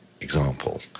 example